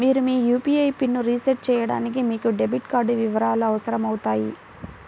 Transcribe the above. మీరు మీ యూ.పీ.ఐ పిన్ని రీసెట్ చేయడానికి మీకు డెబిట్ కార్డ్ వివరాలు అవసరమవుతాయి